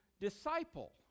disciple